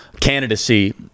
candidacy